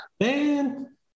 Man